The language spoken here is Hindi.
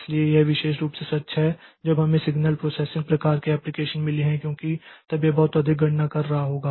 इसलिए यह विशेष रूप से सच है जब हमें सिग्नल प्रोसेसिंग प्रकार के एप्लिकेशन मिले हैं क्योंकि तब यह बहुत अधिक गणना कर रहा होगा